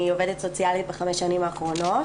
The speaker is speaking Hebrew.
סוציאלית בחמש השנים האחרונות.